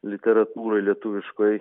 literatūroj lietuviškoj